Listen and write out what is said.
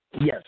Yes